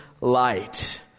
light